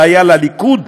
הבעיה לליכוד,